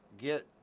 get